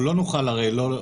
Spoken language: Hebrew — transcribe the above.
אנחנו לא נוכל הרי לא.